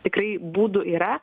tikrai būdų yra